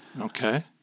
Okay